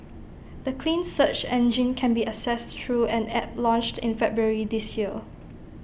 the clean search engine can be accessed through an app launched in February this year